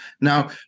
Now